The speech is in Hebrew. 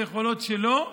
ביכולות שלו,